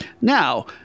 Now